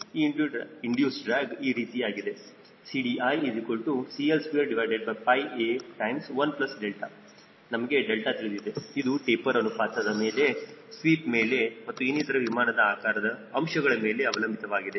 ಈಗ induced drag ಈ ರೀತಿಯಾಗಿದೆ CDiCL2A1 ನಮಗೆ 𝛿 ತಿಳಿದಿದೆ ಇದು ಟೆಪರ್ ಅನುಪಾತದ ಮೇಲೆ ಸ್ವೀಪ್ ಮೇಲೆ ಮತ್ತು ಇನ್ನಿತರ ವಿಮಾನದ ಆಕಾರದ ಅಂಶಗಳ ಮೇಲೆ ಅವಲಂಬಿತವಾಗಿದೆ